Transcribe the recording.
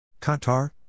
Qatar